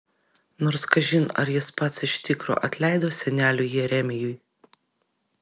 nors kažin ar jis pats iš tikro atleido seneliui jeremijui